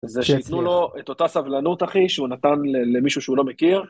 זה שיתנו לו את אותה סבלנות, אחי, שהוא נתן למישהו שהוא לא מכיר.